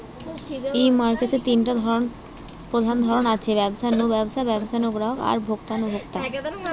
ই কমার্সের তিনটা প্রধান ধরন আছে, ব্যবসা নু ব্যবসা, ব্যবসা নু গ্রাহক আর ভোক্তা নু ভোক্তা